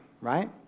right